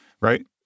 Right